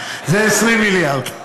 זה 20 מיליארד.